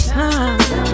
time